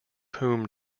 whom